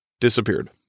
disappeared